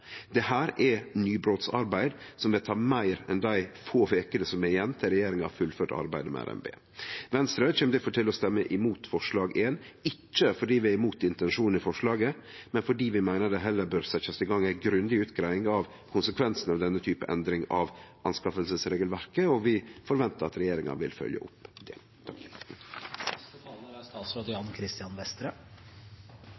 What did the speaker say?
er nybrottsarbeid som vil ta meir enn dei få vekene som er igjen til regjeringa har fullført arbeidet med RNB. Venstre kjem difor til å stemme imot forslag nr. 1, ikkje fordi vi er imot intensjonen i forslaget, men fordi vi meiner det heller bør bli sett i gang ei grundig utgreiing av konsekvensen av ei slik endring av anskaffingsregelverket og forventar at regjeringa vil følgje opp det.